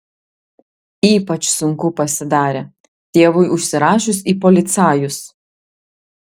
ypač sunku pasidarė tėvui užsirašius į policajus